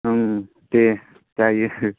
ओं दे जायो